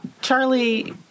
Charlie